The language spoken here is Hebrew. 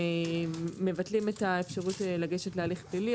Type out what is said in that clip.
מבטלים את האפשרות ללכת להליך פלילי,